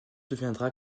deviendra